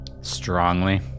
Strongly